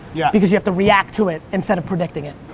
yeah. because you have to react to it instead of predicting it.